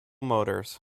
motors